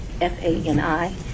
F-A-N-I